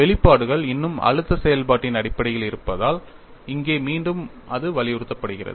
வெளிப்பாடுகள் இன்னும் அழுத்த செயல்பாட்டின் அடிப்படையில் இருப்பதால் இங்கே மீண்டும் அது வலியுறுத்தப்படுகிறது